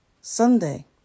Sunday